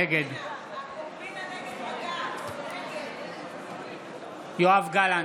נגד יואב גלנט,